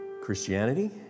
Christianity